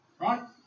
Right